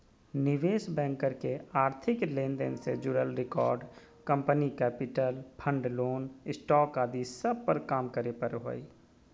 निवेश बैंकर के आर्थिक लेन देन से जुड़ल record, company capital, fund, loan, stock आदि सब पर काम करे पड़ो हय